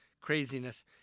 craziness